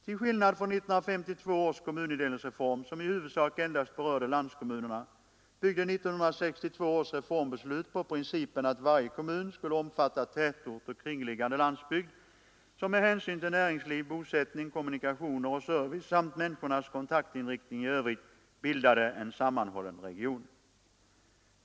Till skillnad från 1952 års kommunindelningsreform, som i huvudsak endast berörde landskommunerna, byggde 1962 års reformbeslut på principen att varje kommun skulle omfatta tätort och kringliggande landsbygd, som med hänsyn till näringsliv, bosättning, kommunikationer och service samt människornas kontaktinriktning i övrigt bildade en sammanhållen region.